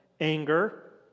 anger